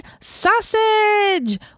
sausage